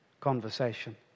conversation